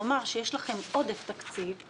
כלומר שיש לכם עודף תקציב,